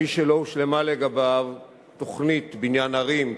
מי שלא הושלמה לגביו תוכנית בניין ערים,